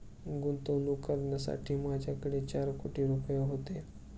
गुंतवणूक करण्यासाठी माझ्याकडे चार कोटी रुपये होते